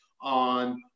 on